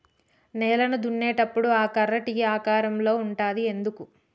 నేలను దున్నేటప్పుడు ఆ కర్ర టీ ఆకారం లో ఉంటది ఎందుకు?